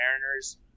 Mariners